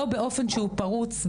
לא באופן שהוא פרוץ,